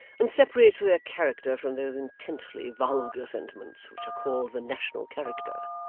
and separate their character from those intensely vulgar sentiments which are called the national character.